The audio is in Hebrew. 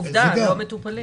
עובדה, הם לא מטופלים.